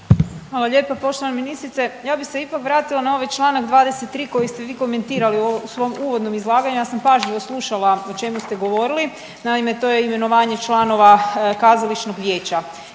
Hvala lijepa poštovana ministrice. Ja bih se ipak vratila na ovaj članak 23. koji ste vi komentirali u svom uvodnom izlaganju. Ja sam pažljivo slušala o čemu ste govorili. Naime, to je imenovanje članova kazališnog vijeća